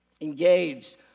Engaged